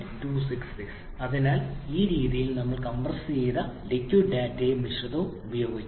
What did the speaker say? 2666 this അതിനാൽ ഈ രീതിയിൽ ഞങ്ങൾ കംപ്രസ്സ് ചെയ്ത ലിക്വിഡ് ഡാറ്റയും മിശ്രിതവും ഉപയോഗിച്ചു